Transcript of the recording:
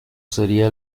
sería